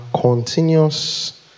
continuous